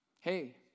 hey